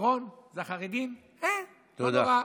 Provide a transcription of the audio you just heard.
מירון זה החרדים לא נורא.